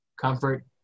Comfort